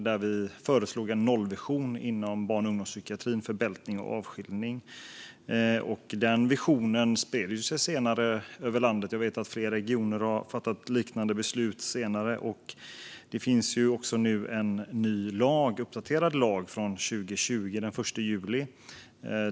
I motionen föreslog vi en nollvision inom barn och ungdomspsykiatrin när det gäller bältning och avskiljning. Denna vision spred sig senare över landet. Och jag vet att flera regioner har fattat liknande beslut senare. Det finns nu också en uppdaterad lag från den 1 juli 2020.